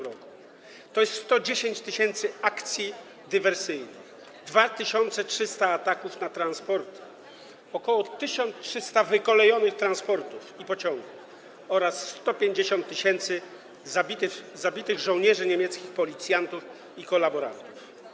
Było 110 tys. akcji dywersyjnych, 2300 ataków na transporty, ok. 1300 wykolejonych transportów i pociągów oraz 150 tys. zabitych żołnierzy niemieckich, policjantów i kolaborantów.